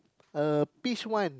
uh pitch one